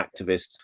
activists